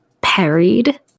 parried